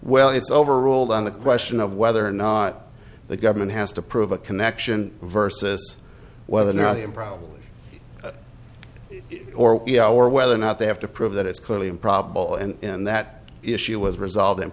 well it's over ruled on the question of whether or not the government has to prove a connection versus whether or not improbably or hour whether or not they have to prove that it's clearly improbable and that issue was resolved in